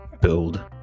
build